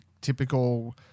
typical